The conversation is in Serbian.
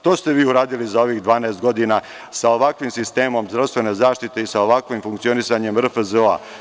To ste vi uradili za ovih 12 godina sa ovakvim sistemom zdravstvene zaštite i sa ovakvim funkcionisanjem RFZO.